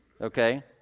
okay